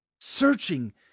searching